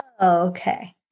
Okay